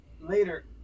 later